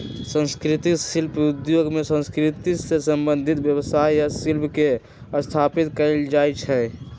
संस्कृतिक शिल्प उद्योग में संस्कृति से संबंधित व्यवसाय आ शिल्प के स्थापित कएल जाइ छइ